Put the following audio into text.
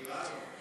אולי הוא נראה טוב.